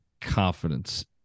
confidence